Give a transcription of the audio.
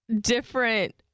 different